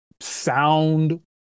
sound